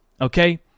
okay